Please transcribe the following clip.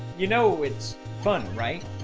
you know it's fun, right?